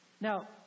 Now